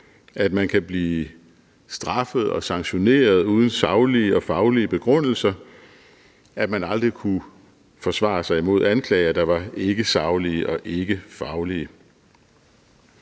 at man kunne blive sanktioneret uden saglige og faglige begrundelser, at man aldrig kunne forsvare sig mod anklagerne, der var ikkesaglige og ikkefaglige.